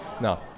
No